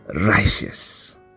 righteous